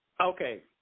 Okay